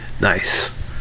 Nice